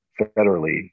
federally